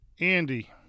Andy